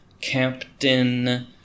Captain